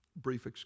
Brief